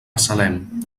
salem